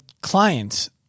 clients